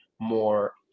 more